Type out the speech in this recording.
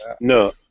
No